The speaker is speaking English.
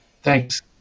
Thanks